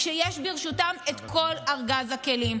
כשיש ברשותם את כל ארגז הכלים.